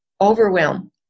overwhelm